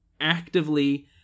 actively